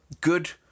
good